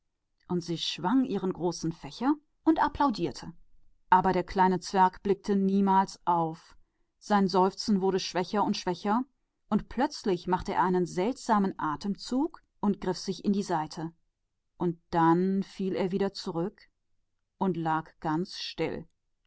und sie fächelte mit ihrem großen fächer und klatschte beifall aber der kleine zwerg sah nicht ein einziges mal auf und sein schluchzen wurde schwächer und schwächer und plötzlich rang er merkwürdig nach luft und griff sich in die seite und dann fiel er zurück und lag ganz still